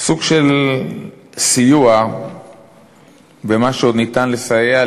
סוג של סיוע במה שעוד ניתן לסייע,